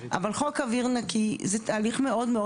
אבל חוק אוויר נקי זה תהליך מאוד מאוד